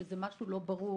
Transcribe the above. שזה משהו לא ברור.